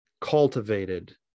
cultivated